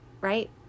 right